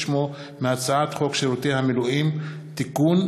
שמו מהצעת חוק שירות המילואים (תיקון,